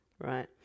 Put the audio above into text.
Right